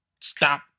stop